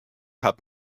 hat